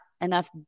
enough